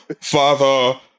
father